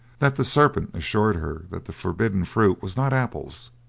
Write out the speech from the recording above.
that the serpent assured her that the forbidden fruit was not apples,